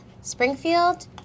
Springfield